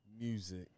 Music